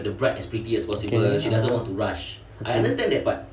okay okay